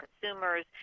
consumers